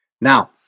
now